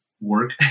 work